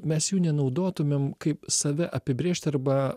mes jų nenaudotumėm kaip save apibrėžti arba